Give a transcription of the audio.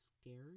scary